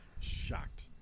Shocked